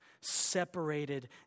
separated